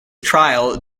trial